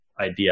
idea